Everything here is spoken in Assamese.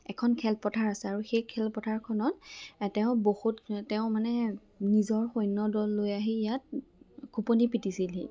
এখন খেলপথাৰ আছে আৰু সেই খেলপথাৰখনত তেওঁ বহুত তেওঁ মানে নিজৰ সৈন্য দল লৈ আহি ইয়াত খোপনি পুতিছিলহি